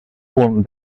punt